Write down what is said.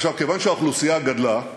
עכשיו, כיוון שהאוכלוסייה גדלה,